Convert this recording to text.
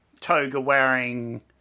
toga-wearing